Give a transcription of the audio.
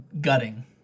gutting